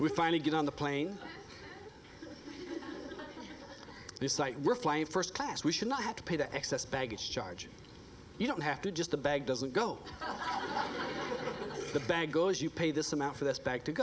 we finally get on the plane this site we're flying first class we should not have to pay the excess baggage charge you don't have to just a bag doesn't go the bank goes you pay this amount for this back to